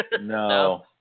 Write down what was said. No